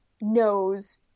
knows